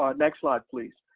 um next slide, please.